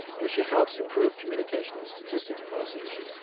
which she helps improve communications statistics policy issues.